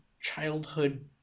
childhood